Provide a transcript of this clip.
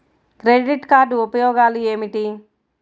Credit card ఉపయోగాలు ఏమిటి?